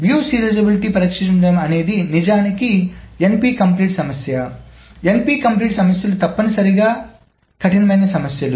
view serializability పరీక్షించడం అనేది నిజానికి NP కంప్లీట్ సమస్య NP కంప్లీట్ సమస్యలు తప్పనిసరిగా కఠినమైన సమస్యలు